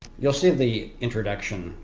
you'll see the introduction